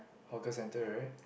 hawker center right